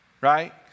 right